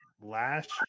last